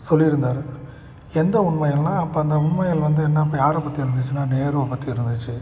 சொல்லிருந்தார் எந்த உண்மைகள்னா அப்போ அந்த உண்மைகள் வந்து என்ன யாரை பற்றி இருந்துச்சுன்னா நேருவை பற்றி இருந்துச்சு